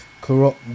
Corrupt